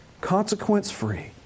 Consequence-free